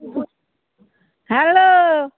hello